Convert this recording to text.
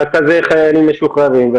רכזי חיילים משוחררים,